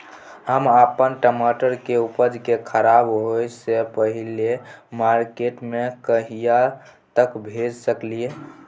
हम अपन टमाटर के उपज के खराब होय से पहिले मार्केट में कहिया तक भेज सकलिए?